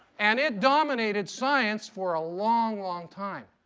and it dominated science for a long, long time.